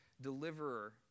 Deliverer